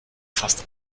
fast